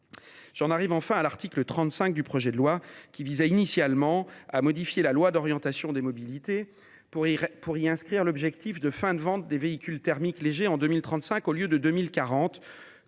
J’en arrive à l’article 35, qui visait initialement à modifier la loi d’orientation des mobilités pour y inscrire l’objectif de fin de vente des véhicules thermiques légers en 2035, au lieu de 2040,